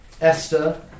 Esther